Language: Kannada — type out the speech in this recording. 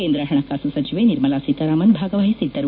ಕೇಂದ ಹಣಕಾಸು ಸಚಿವೆ ನಿರ್ಮಲಾ ಸೀತಾರಾಮನ್ ಭಾಗವಹಿಸಿದ್ದರು